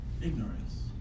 Ignorance